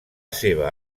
seva